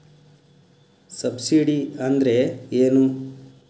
Subsidy ಅಂದ್ರೆ ಏನು?